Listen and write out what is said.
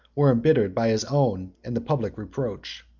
were embittered by his own and the public reproach.